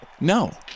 No